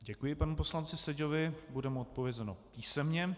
Děkuji panu poslanci Seďovi, bude mu odpovězeno písemně.